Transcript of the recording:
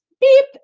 beep